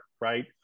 right